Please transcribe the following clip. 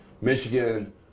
Michigan